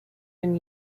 been